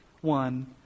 one